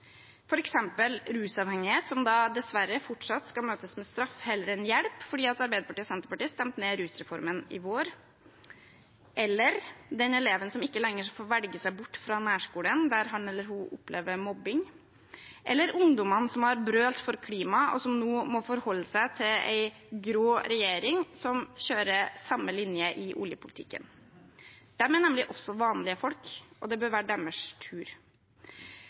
som dessverre fortsatt skal møtes med straff heller enn hjelp fordi Arbeiderpartiet og Senterpartiet stemte ned rusreformen i vår, eller den eleven som ikke lenger skal få velge seg bort fra nærskolen der han eller hun opplever mobbing, eller ungdommene som har brølt for klimaet, og som nå må forholde seg til en grå regjering som kjører samme linje i oljepolitikken. De er nemlig også vanlige folk, og det bør være deres tur.